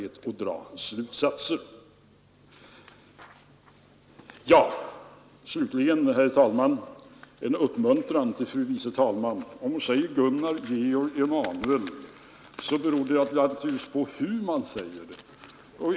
Slutligen, herr talman, en uppmuntran till fru andre vice talmannen. Om hon säger Gunnar Georg Emanuel beror det naturligtvis på hur hon säger det.